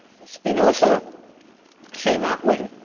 espinoza came out when?